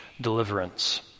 deliverance